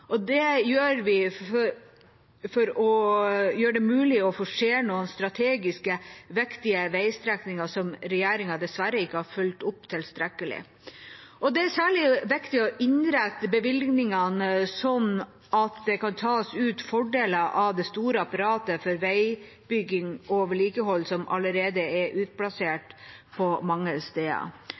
forslag. Det gjør det mulig å forsere noen strategisk viktige veistrekninger som regjeringa dessverre ikke har fulgt opp tilstrekkelig. Det er særlig viktig å innrette bevilgningene slik at det kan tas ut fordeler av det store apparatet for veibygging og -vedlikehold som allerede er utplassert mange steder.